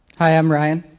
hi, i'm ryan.